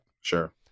Sure